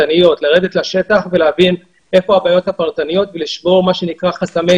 לרדת חברה-חברה ולנסות לפתור את הבעיות הפרטניות כי רק שם נצליח להבקיע.